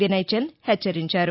వినయ్ చంద్ హెచ్చరించారు